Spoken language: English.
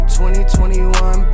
2021